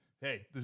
hey